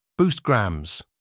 Boostgrams